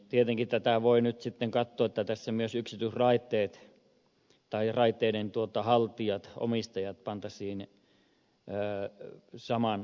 tietenkin voi sitten katsoa että tässä myös yksityisraiteiden haltijat omistajat pantaisiin saman lainsäädännön alle